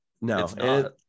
No